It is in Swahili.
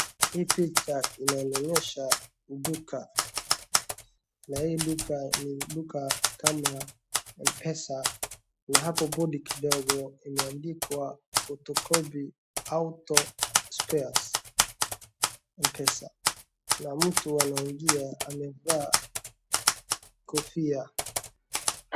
Hii picha inanionyesha duka na hii duka ni duka kama Mpesa na hapo bodo kidogo imeandikwa photocopy auto spares Mpesa na mtu anaingia amevaa kofia.